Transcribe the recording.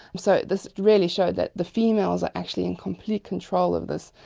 so this really showed that the females are actually in complete control of this,